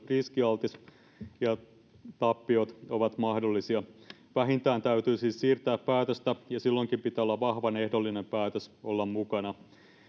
riskialtis ja tappiot ovat mahdollisia vähintään täytyy siis siirtää päätöstä ja silloinkin pitää olla vahvan ehdollinen päätös mukana